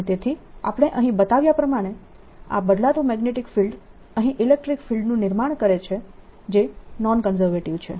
અને તેથી આપણે અહીં બતાવ્યા પ્રમાણે આ બદલાતું મેગ્નેટીક ફિલ્ડ અહીં ઇલેક્ટ્રીક ફિલ્ડનું નિર્માણ કરે છે જે નોન કન્ઝર્વેટીવ છે